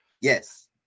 Yes